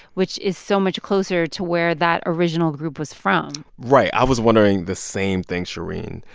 which is so much closer to where that original group was from? right. i was wondering the same thing, shereen.